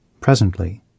Presently